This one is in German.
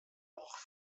auch